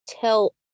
tell